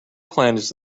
planets